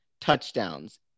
touchdowns